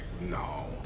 no